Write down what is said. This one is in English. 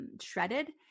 Shredded